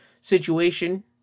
situation